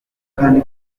kandi